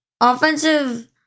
offensive